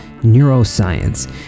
neuroscience